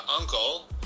uncle